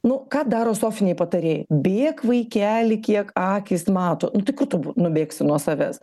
nu ką daro sofiniai patarėjai bėk vaikeli kiek akys mato nu tai kur tu b nubėgsi nuo savęs